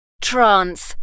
Trance